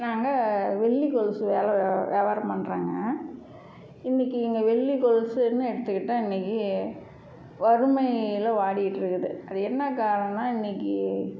நாங்கள் வெள்ளி கொலுசு வேலை ஏவாரம் பண்ணுறோங்க இன்னிக்கு இங்கே வெள்ளி கொலுசுன்னு எடுத்துக்கிட்டால் இன்னைக்கு வறுமையில் வாடிட்டுருக்குது அது என்ன காரணன்னா இன்னைக்கு